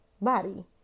body